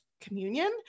communion